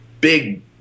big